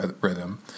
rhythm